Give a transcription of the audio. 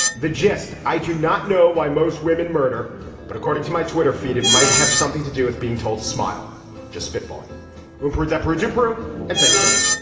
the gist. i do not know why most women murder but according to my twitter feed it might have something to do with being told smile just spitball um deborah deborah. and thanks for listening